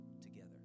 together